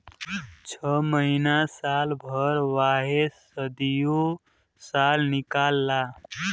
छ महीना साल भर वाहे सदीयो साल निकाल ला